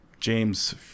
James